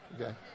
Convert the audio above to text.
okay